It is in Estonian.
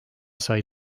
sai